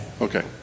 okay